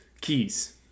Keys